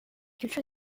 culture